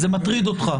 זה מטריד אותך.